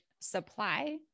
supply